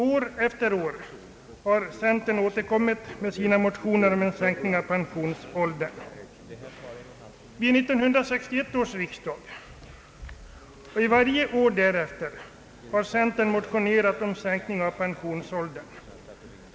År efter år har centern återkommit med sina motioner om en sänkning av pensionsåldern. Till 1961 års riksdag och varje år därefter har centern motionerat om sänkning av pensionsåldern.